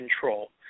control